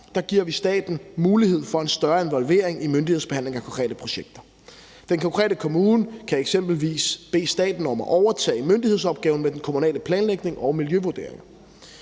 giver staten mulighed for en større involvering i myndighedsbehandlingen af konkrete projekter. Den konkrete kommune kan eksempelvis bede staten om at overtage myndighedsopgaven med den kommunale planlægning og miljøvurdering.